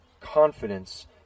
confidence